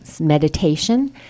meditation